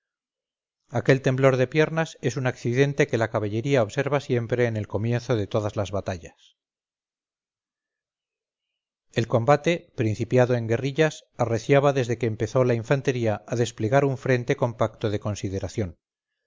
espuelas aquel temblor de piernas es un accidente que la caballería observa siempre en el comienzo de todas las batallas el combate principiado en guerrillas arreciaba desde que empezó la infantería a desplegar un frentecompacto de consideración